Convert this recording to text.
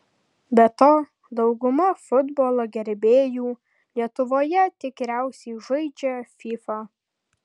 be to dauguma futbolo gerbėjų lietuvoje tikriausiai žaidžia fifa